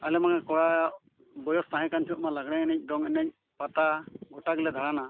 ᱟᱞᱮᱢᱟ ᱠᱚᱲᱟ ᱵᱚᱭᱚᱥ ᱛᱟᱦᱮᱸ ᱡᱚᱦᱚᱜ ᱢᱟ ᱞᱟᱜᱽᱬᱮ ᱮᱱᱮᱡ ᱫᱚᱝ ᱮᱱᱮᱡ ᱯᱟᱛᱟ ᱜᱚᱴᱟ ᱜᱮᱞᱮ ᱫᱟᱬᱟᱱᱟ